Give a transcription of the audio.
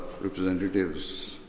representatives